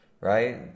right